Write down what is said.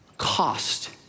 cost